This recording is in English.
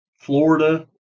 Florida